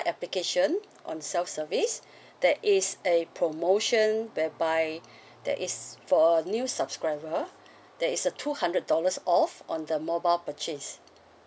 application on self-service there is a promotion whereby there is for new subscriber there is a two hundred dollars off on the mobile purchase